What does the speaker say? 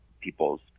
people's